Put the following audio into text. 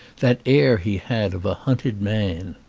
that air he had of a hunted man.